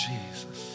Jesus